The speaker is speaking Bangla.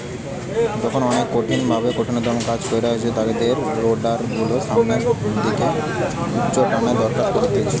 যখন অনেক কঠিন থেকে কঠিনতম কাজ কইরা হয় তখন রোডার গুলোর সামনের দিকে উচ্চটানের দরকার পড়তিছে